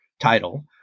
title